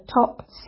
top